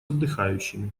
отдыхающими